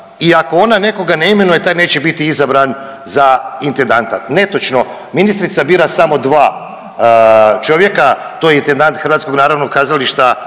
i ako ona nekoga ne imenuje taj neće biti izabran za intendanta. Netočno. Ministrica bira samo dva čovjeka, to je intendant HNK u Zagrebu i to